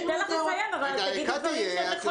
ניתן לך לסיים אבל תגידי דברים נכונים.